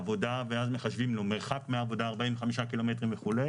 לכן מי שנוהג לעבודה ואז מחשבים לו מרחק מהעבודה 45 קילומטרים וכו',